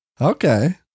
Okay